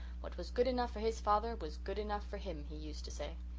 what was good enough for his father was good enough for him, he used to say.